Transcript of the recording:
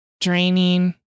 draining